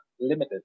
limited